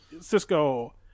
Cisco